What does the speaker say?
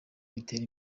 bitera